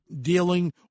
dealing